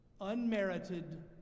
Unmerited